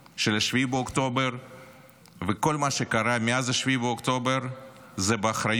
של 7 באוקטובר וכל מה שקרה מאז 7 באוקטובר זה באחריות